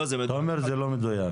תומר, זה לא מדויק.